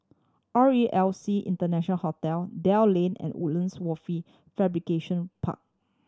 R E L C International Hotel Dell Lane and Woodlands Wafer Fabrication Park